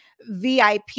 VIP